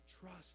trust